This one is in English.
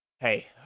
Hey